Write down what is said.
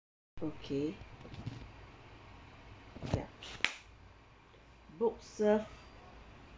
okay ya books serve